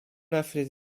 athlete